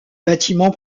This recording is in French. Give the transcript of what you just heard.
bâtiment